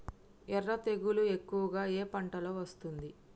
ఎర్ర తెగులు ఎక్కువగా ఏ పంటలో వస్తుంది?